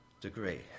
degree